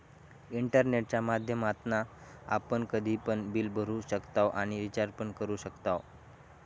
इंटरनेटच्या माध्यमातना आपण कधी पण बिल भरू शकताव आणि रिचार्ज पण करू शकताव